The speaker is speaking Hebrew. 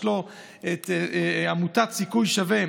יש לו את עמותת סיכוי שווה.